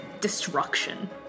destruction